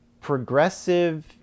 progressive